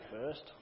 first